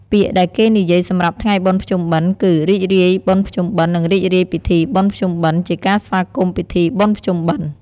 ពាក្យដែលគេនិយាយសម្រាប់ថ្ងៃបុណ្យភ្ជុំបិណ្ឌគឺ រីករាយបុណ្យភ្ជុំបិណ្ឌនិងរីករាយពិធីបុណ្យភ្ជុំបិណ្ឌ ជាការស្វាគមន៍ពីធីបុណ្យភ្ជុំបិណ្ឌ។